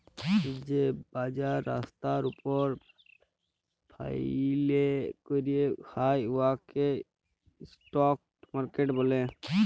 যে বাজার রাস্তার উপর ফ্যাইলে ক্যরা হ্যয় উয়াকে ইস্ট্রিট মার্কেট ব্যলে